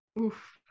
Oof